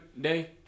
Day